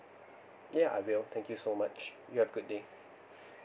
ya I will thank you so much you have a good day